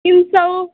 तिन सय